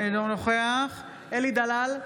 אינו נוכח אלי דלל,